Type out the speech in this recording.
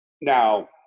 Now